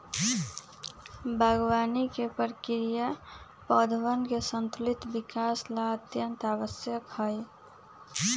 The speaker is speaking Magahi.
बागवानी के प्रक्रिया पौधवन के संतुलित विकास ला अत्यंत आवश्यक हई